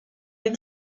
les